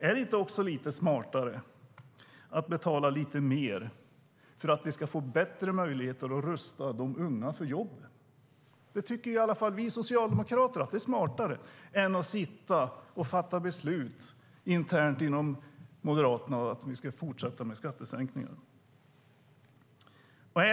Är det inte också lite smartare att betala lite mer för att få bättre möjlighet att rusta de unga för jobb? Vi socialdemokrater tycker i alla fall att det är smartare än att som Moderaterna fatta beslut om fortsatta skattesänkningar.